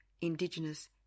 indigenous